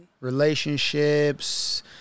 relationships